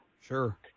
Sure